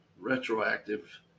retroactive